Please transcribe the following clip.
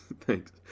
Thanks